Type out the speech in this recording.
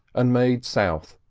and made south,